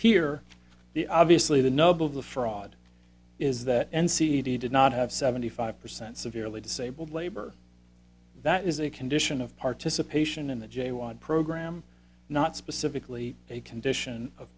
the obviously the nub of the fraud is that n c d did not have seventy five percent severely disabled labor that is a condition of participation in the j one program not specifically a condition of